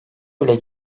bile